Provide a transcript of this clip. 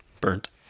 burnt